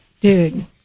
dude